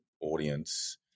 audience